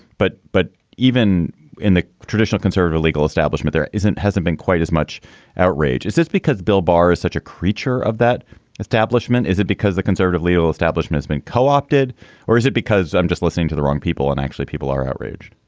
but but even in the traditional conservative legal establishment, there isn't hasn't been quite as much outrage as this because bill barr is such a creature of that establishment. is it because the conservative legal establishment has been co-opted or is it because i'm just listening to the wrong people and actually people are outraged?